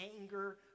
anger